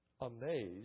amazed